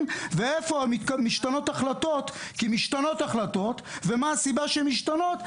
ואיפה משתנות החלטות ומשתנות החלטות ומה הסיבה שהן משתנות,